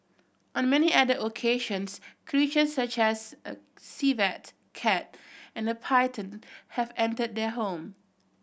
on many other occasions creatures such as a civet cat and a pattern have entered their home